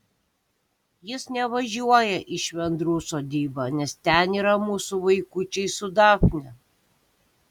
jis nevažiuoja į švendrų sodybą nes ten yra mūsų vaikučiai su dafne